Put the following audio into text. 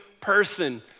person